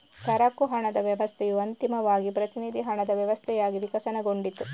ಸರಕು ಹಣದ ವ್ಯವಸ್ಥೆಯು ಅಂತಿಮವಾಗಿ ಪ್ರತಿನಿಧಿ ಹಣದ ವ್ಯವಸ್ಥೆಯಾಗಿ ವಿಕಸನಗೊಂಡಿತು